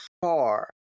far